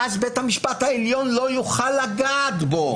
ואז בית המשפט העליון לא יוכל לגעת בו.